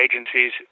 agencies